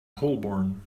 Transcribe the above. holborn